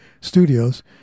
studios